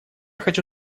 хочу